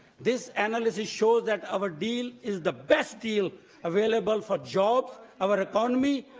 this analysis shows that our deal is the best deal available for jobs, our economy,